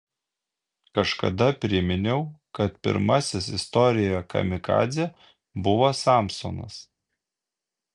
kažkada priminiau kad pirmasis istorijoje kamikadzė buvo samsonas